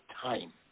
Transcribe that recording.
time